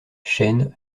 chêne